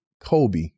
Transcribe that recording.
Kobe